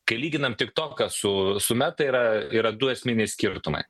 kai lyginam tiktoką su su meta yra yra du esminiai skirtumai